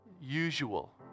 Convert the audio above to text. usual